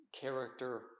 character